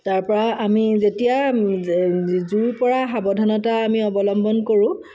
তাৰপৰা আমি যেতিয়া জুইৰ পৰা সাৱধানতা আমি অৱলম্বন কৰোঁ